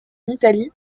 italie